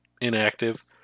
inactive